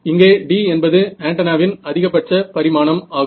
இங்கே D என்பது ஆன்டென்னாவின் அதிகப்பட்ச பரிமாணம் ஆகும்